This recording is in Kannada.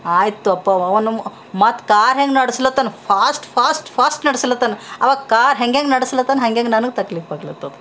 ಆಯಿತು ಅಪ್ಪ ಅವ ನಮ್ಮ ಮತ್ತು ಕಾರ್ ಹೆಂಗೆ ನಡಸ್ಲತ್ತನ ಫಾಸ್ಟ್ ಫಾಸ್ಟ್ ಫಾಸ್ಟ್ ನಡಸ್ಲತ್ತನ ಅವ ಕಾರ್ ಹೆಂಗೆಂಗೆ ನಡಸ್ಲತ್ತನ ಹಂಗೆಂಗೆ ನನಗೆ ತಕ್ಲೀಫ್ ಆಗ್ಲತ್ತದ